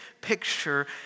picture